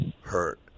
hurt